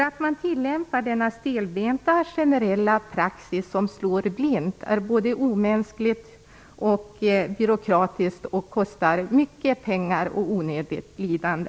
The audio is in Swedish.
Att man tillämpar denna stelbenta, generella praxis, som slår blint, är både omänskligt och byråkratiskt. Dessutom kostar det mycket pengar och onödigt lidande.